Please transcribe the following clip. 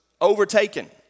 overtaken